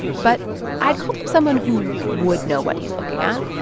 but i'd called up someone who would know what he's looking at